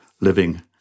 living